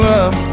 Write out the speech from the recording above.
up